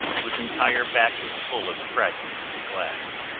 whose entire back is full of fragments of glass.